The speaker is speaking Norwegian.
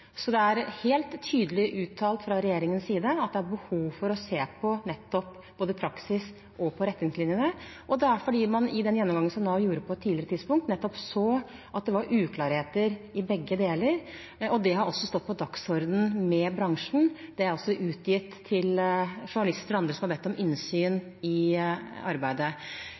Det er helt tydelig uttalt fra regjeringens side at det er behov for å se på både praksis og retningslinjene fordi man i den gjennomgangen som Nav gjorde på et tidligere tidspunkt, nettopp så at det var uklarheter i begge deler. Det har også stått på dagsordenen med bransjen, og det er også utgitt til journalister og andre som har bedt om innsyn i arbeidet.